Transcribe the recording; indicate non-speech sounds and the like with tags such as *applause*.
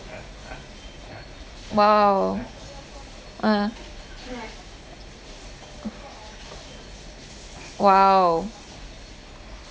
!wow! ah *noise* !wow!